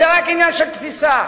זה רק עניין של תפיסה.